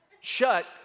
shut